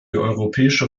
europäische